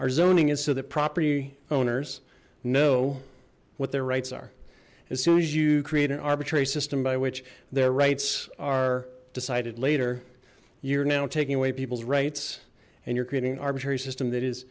zoning is so that property owners know what their rights are as soon as you create an arbitrary system by which their rights are decided later you're now taking away people's rights and you're creating an arbitrary system that is